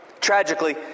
Tragically